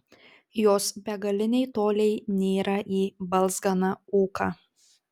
jos begaliniai toliai nyra į balzganą ūką